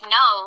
no